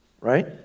Right